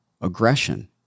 aggression